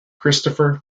christopher